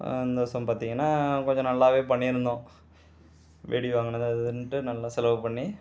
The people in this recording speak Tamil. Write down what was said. இந்த வருஷம் பார்த்தீங்கனா கொஞ்ச நல்லாவே பண்ணிருந்தோம் வெடி வாங்குனது அது இதுன்ட்டு நல்லா செலவு பண்ணி